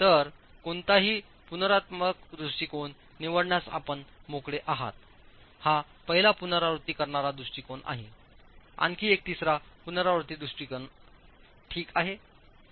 तर कोणताही पुनरुत्पादक दृष्टिकोन निवडण्यास आपण मोकळे आहात हा पहिला पुनरावृत्ती करणारा दृष्टीकोन आहेआणखी एक तिसरा पुनरावृत्ती दृष्टीकोन ठीक आहे